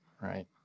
right